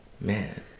Man